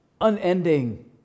unending